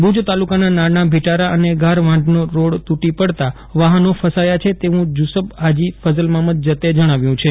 ભુજ તાલુકાના નાના ભીટારા અને ગાર વાંઢનો રોડ તૂટી પડતા વાફનો ફસાયા છે તેવું જુસબ ફાજી ફઝલમામદ જતે જણાવ્યું છે